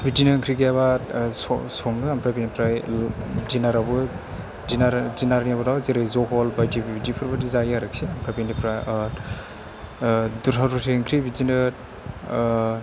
बिदिनो ओंख्रि गैयाबा सं सङो ओमफ्राय बेनिफ्राय दिनारावबो उनाव जेरै जहल बायदि बुयदिफोरबो जायो आरखि ओमफ्राय बेनिफ्राय दस्रा दस्रि ओंख्रि बिदिनो